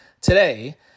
today